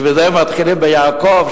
בשביל זה מתחילים ביעקב,